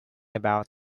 about